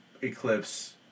eclipse